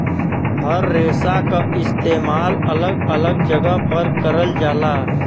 हर रेसा क इस्तेमाल अलग अलग जगह पर करल जाला